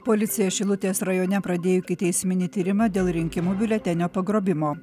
policija šilutės rajone pradėjo ikiteisminį tyrimą dėl rinkimų biuletenio pagrobimo